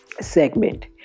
segment